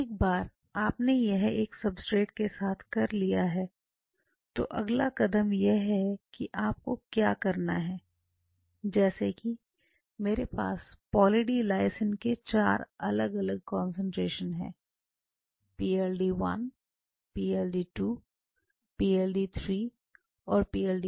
एक बार आपने यह एक सब्सट्रेट के साथ कर लिया है तो अगला कदम यह है कि आपको क्या करना है जैसे कि मेरे पास पॉली डी लायसिन के चार अलग अलग कंसंट्रेशन है PLD1 PLD2 PLD3 और PLD4